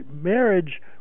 marriage